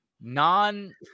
Non